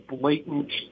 blatant